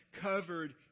covered